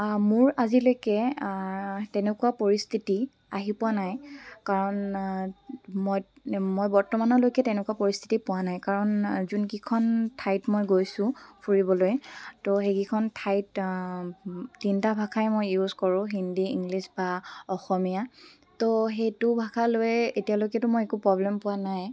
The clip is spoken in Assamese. মোৰ আজিলৈকে তেনেকুৱা পৰিস্থিতি আহি পোৱা নাই কাৰণ মই মই বৰ্তমানলৈকে তেনেকুৱা পৰিস্থিতি পোৱা নাই কাৰণ যোনকেইখন ঠাইত মই গৈছোঁ ফুৰিবলৈ তো সেইকেইখন ঠাইত তিনিটা ভাষাই মই ইউজ কৰোঁ হিন্দী ইংলিছ বা অসমীয়া তো সেইটো ভাষালৈ এতিয়ালৈকেতো মই একো প্ৰব্লেম পোৱা নাই